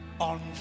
On